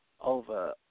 over